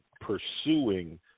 pursuing